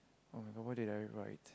[oh]-my-god what did I write